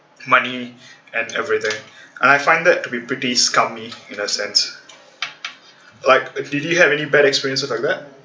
money and everything and I find that to be pretty scammy in a sense like did you have any bad experiences like that